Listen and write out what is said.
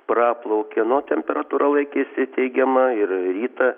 praplaukė na o temperatūra laikėsi teigiama ir rytą